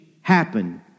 happen